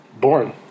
Born